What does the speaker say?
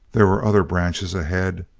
there were other branches ahead.